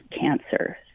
cancer